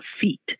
feet